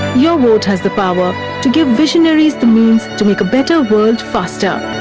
your vote has the power to give visionaries the means to make a better world, faster.